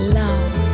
love